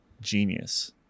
genius